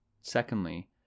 Secondly